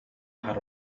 had